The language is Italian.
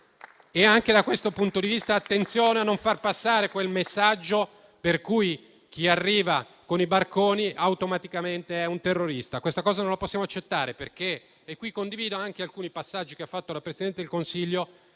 Anche da questo punto di vista, attenzione a non far passare quel messaggio per cui chi arriva con i barconi automaticamente è un terrorista. Questa cosa non la possiamo accettare perché - qui condivido anche alcuni passaggi che ha fatto la Presidente del Consiglio